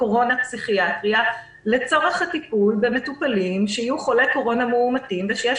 קורונה-פסיכיאטריה לצורך הטיפול במטופלים שיהיו חולי קורונה מאומתים ושיש